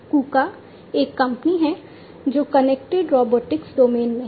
कूका एक कंपनी है जो कनेक्टेड रोबोटिक्स डोमेन में है